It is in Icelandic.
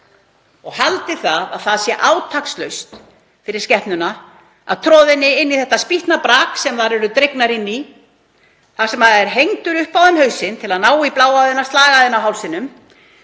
og haldið að það sé átakslaust fyrir skepnuna að troða henni inn í þetta spýtnabrak sem þær eru dregnar inn í þar sem er hengdur upp á þeim hausinn til að ná í bláæðina á hálsinum,